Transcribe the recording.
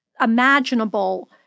imaginable